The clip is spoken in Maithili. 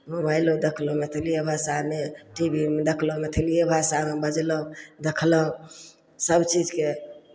मोबाइलो देखलहुँ मैथिलिए भाषामे टी वी मे देखलहुँ मैथिलिए भाषामे बजलहुँ देखलहुँ सभ चीजकेँ